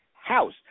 house